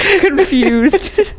confused